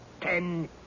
ten